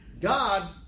God